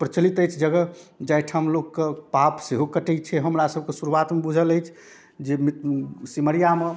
प्रचलित अछि जगह जाहिठाम लोकके पाप सेहो कटै छै हमरासबके शुरुआतमे बुझल अछि जे सिमरिआमे